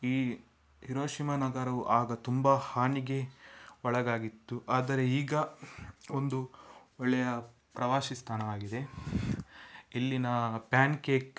ಈ ಹಿರೋಶಿಮ ನಗರವು ಆಗ ತುಂಬ ಹಾನಿಗೆ ಒಳಗಾಗಿತ್ತು ಆದರೆ ಈಗ ಒಂದು ಒಳ್ಳೆಯ ಪ್ರವಾಸಿ ಸ್ಥಾನವಾಗಿದೆ ಇಲ್ಲಿನ ಪ್ಯಾನ್ಕೇಕ್